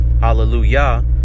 Hallelujah